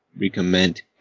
recommend